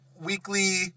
weekly